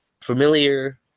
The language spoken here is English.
familiar